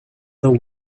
the